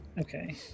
Okay